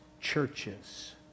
churches